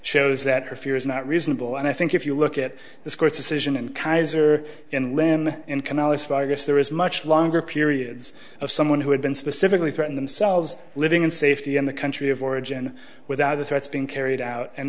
shows that her fear is not reasonable and i think if you look at this court decision in kaiser and women in canalis five yes there is much longer periods of someone who had been specifically threaten themselves living in safety in the country of origin without the threats being carried out and